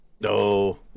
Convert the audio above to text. No